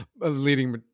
leading